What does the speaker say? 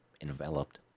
enveloped